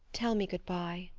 tell me good-by.